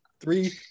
Three